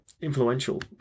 influential